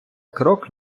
крок